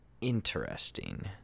interesting